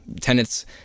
Tenants